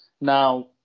Now